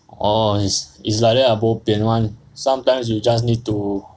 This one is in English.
orh is is like ah bo pian [one] sometimes you just need to